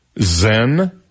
Zen